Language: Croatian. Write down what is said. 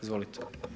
Izvolite.